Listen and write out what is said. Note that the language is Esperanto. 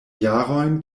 jarojn